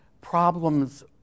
problems